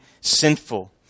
sinful